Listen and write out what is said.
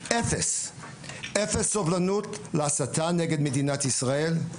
אפס סובלנות להסתה נגד מדינת ישראל,